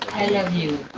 love you.